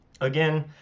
Again